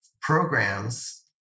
programs